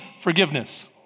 Forgiveness